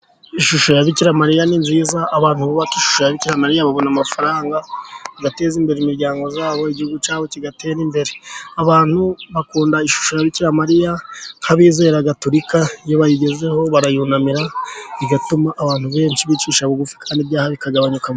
Ishusho ya Bikiramariya ni nziza, abantu bubaka ishusho ya Bikiramariya babona amafaranga, agateza imbere imiryango ya bo, igihugu cya bo kigatera imbere. Abantu bakunda ishusho ya Bikiramariya, nk'abizera gatuika iyo bayigezeho barayunamira, bigatuma abantu benshi bicisha bugufi, kandi ibyaha bikagabanuka.